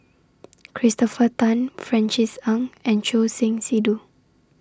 Christopher Tan Francis Ng and Choor Singh Sidhu